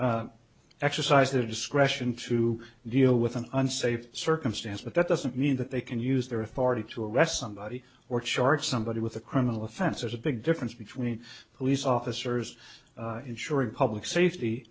could exercise their discretion to deal with an unsafe circumstance but that doesn't mean that they can use their authority to arrest somebody or charge somebody with a criminal offense there's a big difference between police officers ensuring public safety